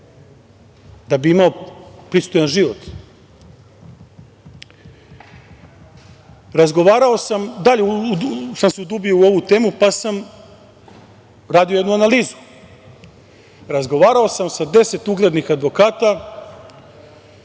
da bi imao pristojan život. Dalje sam se udubio u ovu temu, pa sam radio jednu analizu. Razgovarao sam sa deset uglednih advokata,